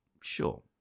Sure